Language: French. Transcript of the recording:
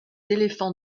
éléphants